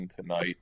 tonight